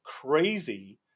crazy